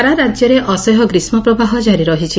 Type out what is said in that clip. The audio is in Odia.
ସାରା ରାଜ୍ୟରେ ଅସହ୍ୟ ଗ୍ରୀଷ୍କ ପ୍ରବାହ କାରି ରହିଛି